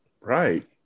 right